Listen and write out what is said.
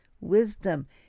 wisdom